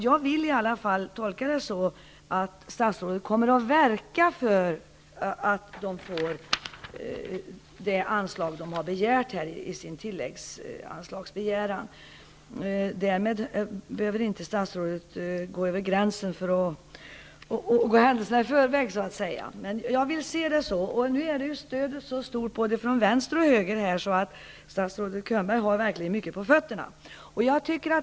Jag vill i alla fall tolka det så att statsrådet kommer att verka för att verksamheten får det anslag den har begärt i sin ansökan om tilläggsanslag. Därmed behöver statsrådet inte gå händelserna i förväg, men jag vill se det så. Nu är stödet så stort både från vänster och höger att statsrådet Könberg verkligen har mycket på fötterna.